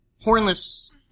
hornless